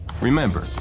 Remember